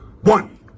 One